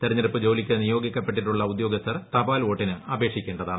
തെരഞ്ഞെടുപ്പ് ജോലിക്ക് നിയോഗിക്കപ്പെട്ടിട്ടുള്ള ഉദ്യോഗസ്ഥർ തപാൽ വോട്ടിന് അപേക്ഷിക്കേണ്ടതാണ്